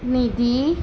નિધિ